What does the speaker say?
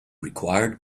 required